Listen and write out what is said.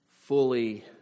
fully